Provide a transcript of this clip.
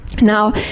Now